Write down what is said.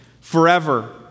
forever